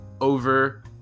over